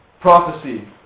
Prophecy